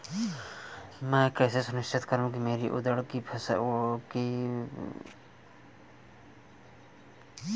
मैं कैसे सुनिश्चित करूँ की मेरी उड़द की फसल में नमी नहीं है?